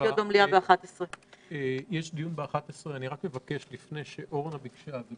לפני זה אני בכל